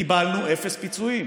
קיבלנו אפס פיצויים,